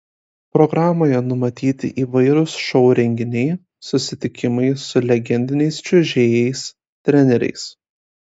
programoje numatyti įvairūs šou renginiai susitikimai su legendiniais čiuožėjais treneriais